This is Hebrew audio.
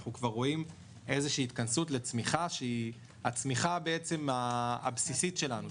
אנחנו כבר רואים התכנסות לצמיחה שהיא הצמיחה הבסיסית שלנו,